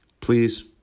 please